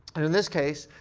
and in this case,